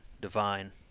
divine